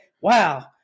wow